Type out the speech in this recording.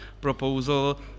proposal